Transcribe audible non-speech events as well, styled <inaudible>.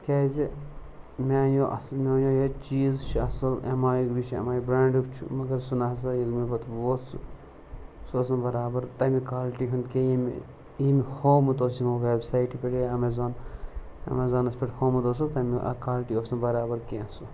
کیٛازِ مےٚ اَنیو اَصٕل مےٚ وَنیو <unintelligible> چیٖز چھِ اَصٕل اٮ۪م آی یُک بیٚیہِ چھِ اٮ۪م آی یُک برٛینٛڈُک چھُ مگر سُہ نہٕ ہَسا ییٚلہِ مےٚ پَتہٕ ووت سُہ سُہ اوس نہٕ برابر تَمہِ کالِٹی ہُنٛد کینٛہہ ییٚمہِ ییٚمہِ ہوومُت اوس تِمو وٮ۪بسایٹہِ پٮ۪ٹھ یا اٮ۪مٮ۪زان اٮ۪مٮ۪زانَس پٮ۪ٹھ ہوومُت اوسُکھ تَمہِ اَ کالٹی اوس نہٕ برابر کینٛہہ سُہ